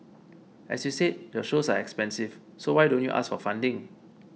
as you said your shows are expensive so why don't you ask for funding